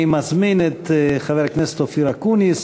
אני מזמין את חבר הכנסת אופיר אקוניס,